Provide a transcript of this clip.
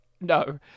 no